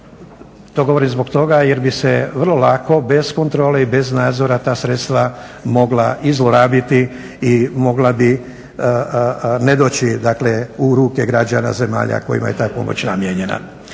To govorim zbog toga jer bi se vrlo lako bez kontrole i bez nadzora ta sredstva mogla i zlorabiti i mogla bi ne doći dakle u ruku građana zemalja kojima je ta pomoć namijenjena.